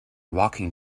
walking